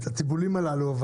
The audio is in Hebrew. התיבולים הללו.